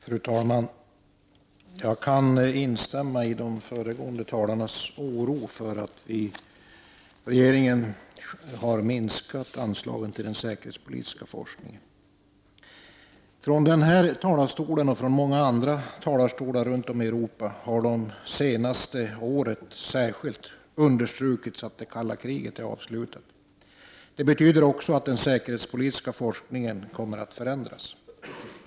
Fru talman! Jag kan instämma i de föregående talarnas oro för att regeringen har minskat anslagen till den säkerhetspolitiska forskningen. Från kammarens talarstol och från många andra talarstolar runt om i Europa har det under det senaste året understrukits att det kalla kriget är avslutat. Det betyder också att den säkerhetspolitiska forskningen kommer att förändras.